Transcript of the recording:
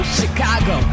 chicago